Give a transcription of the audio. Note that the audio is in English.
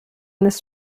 this